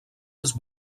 als